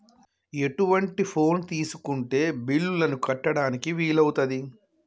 ఎటువంటి ఫోన్ తీసుకుంటే బిల్లులను కట్టడానికి వీలవుతది?